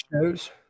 shows